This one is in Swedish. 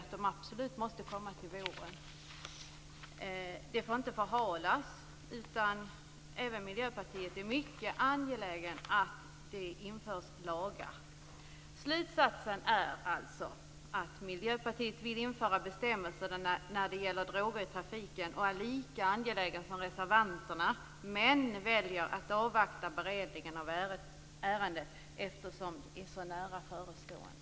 De måste absolut komma till våren. Detta får inte förhalas. Även Miljöpartiet är mycket angeläget om att det införs lagar. Slutsatsen är alltså att Miljöpartiet vill införa bestämmelser när det gäller droger i trafiken. Vi är lika angelägna som reservanterna, men vi väljer att avvakta beredningen av ärendet eftersom den är så nära förestående.